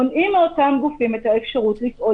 מונעים מאותם גופים את האפשרות לפעול